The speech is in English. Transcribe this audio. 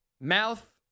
mouth